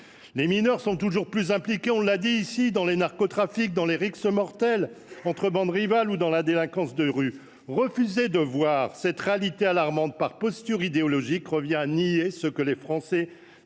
Les mineurs sont toujours plus impliqués, on l’a dit ici, dans les narcotrafics, dans les rixes mortelles entre bandes rivales ou dans la délinquance de rue. Refuser de voir cette réalité alarmante, par posture idéologique, revient à nier ce que les Français subissent